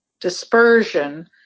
dispersion